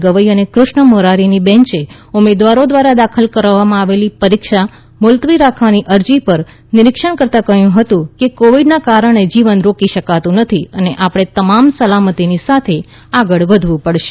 ગવઇ અને કૃષ્ણ મુરારીની બેન્ચે ઉમેદવારો દ્વારા દાખલ કરવામાં આવેલી પરીક્ષા મુલતવી રાખવાની અરજી પર નિરીક્ષણ કર્યું હતું કે કોવિડના કારણે જીવન રોકી શકાતું નથી અને આપણે તમામ સલામતી સાથે આગળ વધવું પડશે